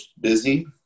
busy